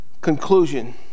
conclusion